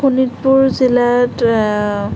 শোণিতপুৰ জিলাত